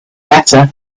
better